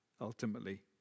ultimately